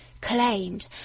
claimed